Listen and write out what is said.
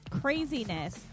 craziness